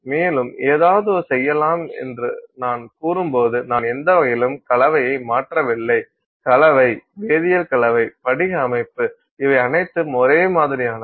மேலும் ஏதாவது செய்யலாம் என்று நான் கூறும்போது நான் எந்த வகையிலும் கலவையை மாற்றவில்லை கலவை வேதியியல் கலவை படிக அமைப்பு இவை அனைத்தும் ஒரே மாதிரியானவை